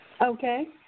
Okay